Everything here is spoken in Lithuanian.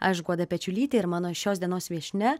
aš guoda pečiulytė ir mano šios dienos viešnia